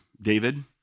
David